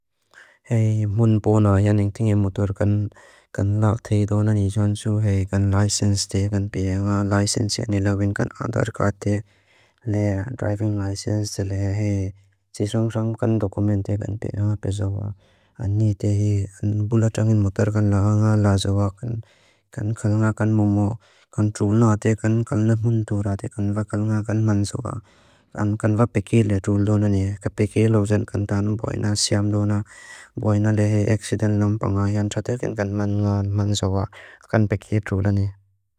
Hei, mun bóla yá ning tíngi mutúrkan kan lákthéi dónani yánsú hei kan láisénz téi kan pí ánga láisénz yáni labhín kan ándarkát téi le driving licence le hei tísángsáng kan dokumen téi kan pí ánga praesába. Áni téi buláchángin mutúrkan láhá ánga lásába kan kan kálngákan mumo kan trúlnáatei kan kalná mun túraatei kan va kalngákan mansúba. Áni kan va pekéi le trúlnáni ka pekéi lózen kan tán bóina siamdóná bóina le hei éksidénlón prangáhyán tratéi kan kan mansába kan pekéi trúlnáni.